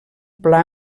pla